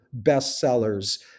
bestsellers